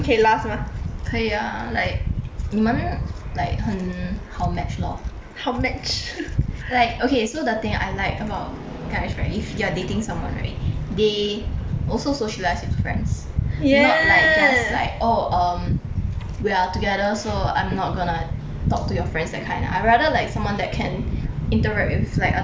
可以啊 like 你们 like 很好 match lor like okay so the thing I like about guys right if you are dating someone right they also socialize with friends not like just like oh um we are together so I'm not gonna talk to your friends that kind ah I rather like someone that can interact with like other people also ah